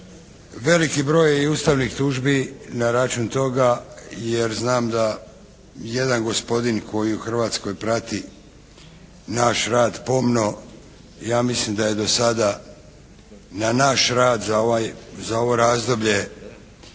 Veliki broj je i ustavnih tužbi na račun toga jer znam da jedan gospodin koji u Hrvatskoj prati naš rad pomno, ja mislim da je do sada na naš rad za ovaj,